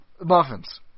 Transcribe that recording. muffins